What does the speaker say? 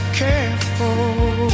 careful